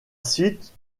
suite